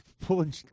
pulling